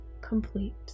complete